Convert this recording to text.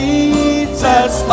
Jesus